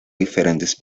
diferentes